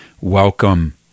welcome